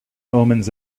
omens